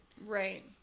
right